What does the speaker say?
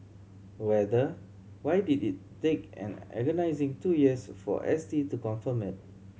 rather why did it take an agonising two years for S T to confirm it